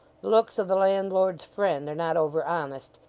the looks of the landlord's friend are not over honest,